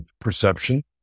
perception